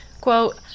quote